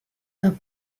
that